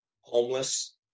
homeless